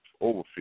over